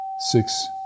six